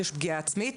יש פגיעה עצמית,